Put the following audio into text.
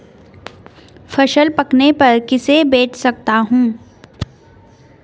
फसल पकने पर किसे बेच सकता हूँ?